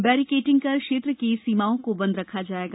barricading कर क्षेत्र की सीमाओं को बन्द रखा जाएगा